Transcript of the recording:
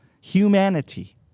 humanity